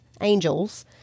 angels